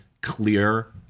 clear